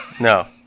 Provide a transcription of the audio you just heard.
No